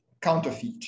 counterfeit